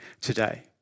today